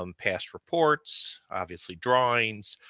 um past reports, obviously drawings,